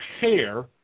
pair